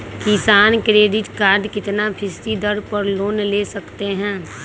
किसान credit card कितना फीसदी दर पर लोन ले सकते हैं?